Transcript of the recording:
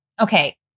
Okay